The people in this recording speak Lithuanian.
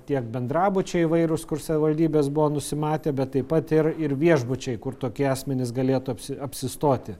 tiek bendrabučiai įvairūs kur savivaldybės buvo nusimatę bet taip pat ir ir viešbučiai kur tokie asmenys galėtų apsistoti